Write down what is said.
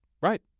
right